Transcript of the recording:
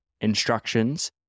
instructions